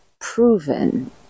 proven